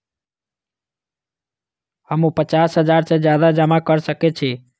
हमू पचास हजार से ज्यादा जमा कर सके छी?